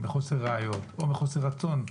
זה מחוסר ראיות או מחוסר רצון.